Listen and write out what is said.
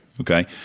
okay